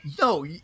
no